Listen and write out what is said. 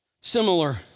Similar